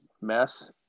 mess